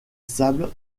sable